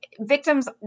victims